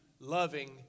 Loving